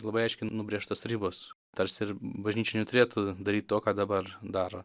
labai aiškiai nubrėžtos ribos tarsi ir bažnyčia neturėtų daryt to ką dabar daro